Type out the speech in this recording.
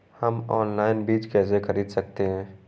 हम ऑनलाइन बीज कैसे खरीद सकते हैं?